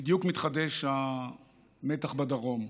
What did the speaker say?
בדיוק מתחדש המתח בדרום.